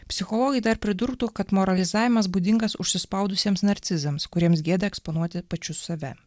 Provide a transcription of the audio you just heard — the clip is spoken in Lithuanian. psichologai dar pridurtų kad moralizavimas būdingas užsispaudusiems narcizams kuriems gėda eksponuoti pačius save